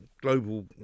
global